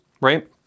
right